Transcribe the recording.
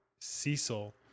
Cecil